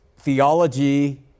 theology